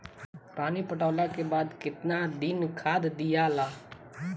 पानी पटवला के बाद केतना दिन खाद दियाला?